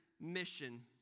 mission